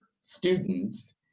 students